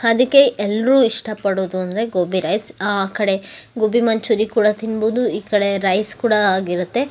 ಅದಿಕ್ಕೆ ಎಲ್ಲರೂ ಇಷ್ಟಪಡೋದು ಅಂದರೆ ಗೋಬಿ ರೈಸ್ ಆ ಕಡೆ ಗೋಬಿ ಮಂಚೂರಿ ಕೂಡ ತಿನ್ಬೋದು ಈ ಕಡೆ ರೈಸ್ ಕೂಡ ಆಗಿರುತ್ತೆ